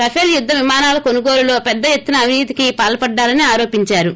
ruffle యుద్ద విమానాల కొనుగోలులో పెద్ద ఎత్తున అవినీతికి పాల్పడ్డారని ఆరోపించారు